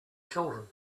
children